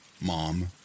mom